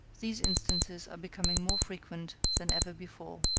these instances are becoming more frequent than ever before.